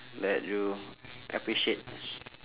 that you appreciate